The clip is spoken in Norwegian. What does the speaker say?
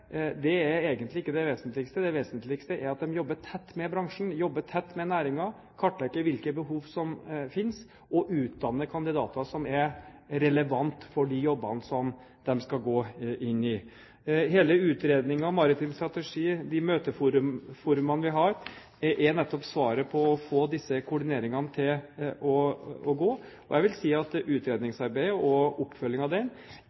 er egentlig ikke det vesentlige. Det vesentligste er at de jobber tett med bransjen, jobber tett med næringen, kartlegger hvilke behov som finnes og utdanner kandidater som er relevante for de jobbene som de skal gå inn i. Hele utredningen om maritim strategi og de møteforumene vi har, er nettopp svaret på at disse koordineringene går. Jeg vil si at utredningsarbeidet og oppfølgingen av